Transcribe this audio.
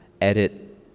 edit